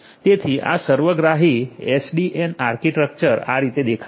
તેથી સર્વગ્રાહી SDN architecture આ રીતે દેખાશે